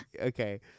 okay